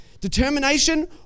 determination